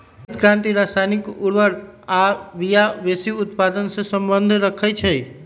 हरित क्रांति रसायनिक उर्वर आ बिया वेशी उत्पादन से सम्बन्ध रखै छै